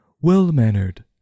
well-mannered